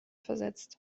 versetzt